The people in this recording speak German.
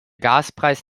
gaspreis